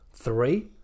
Three